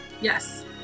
yes